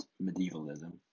medievalism